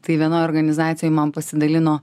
tai vienoj organizacijoj man pasidalino